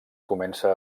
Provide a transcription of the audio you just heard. comença